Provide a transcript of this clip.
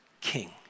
king